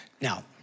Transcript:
Now